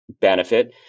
benefit